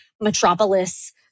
metropolis